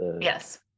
Yes